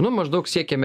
nu maždaug siekiame